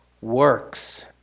works